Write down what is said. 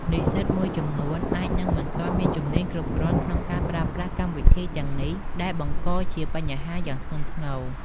និស្សិតមួយចំនួនអាចនឹងមិនទាន់មានជំនាញគ្រប់គ្រាន់ក្នុងការប្រើប្រាស់កម្មវិធីទាំងនេះ ដែលបង្កជាបញ្ហាយ៉ាងធ្ងន់ធ្ងរ។